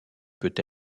peut